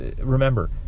remember